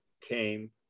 came